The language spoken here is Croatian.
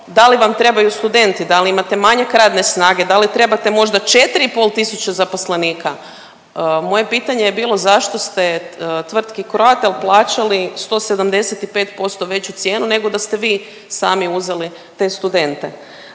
da li vam trebaju studenti, da li imate manjak radne snage, da li trebate možda 4500 zaposlenika, moje pitanje je bilo zašto ste tvrtki Croatel plaćali 175% veću cijenu nego da ste vi sami uzeli te studente?